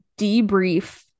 debrief